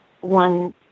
one